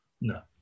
No